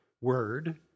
word